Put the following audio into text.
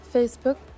Facebook